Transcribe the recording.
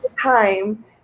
time